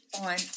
on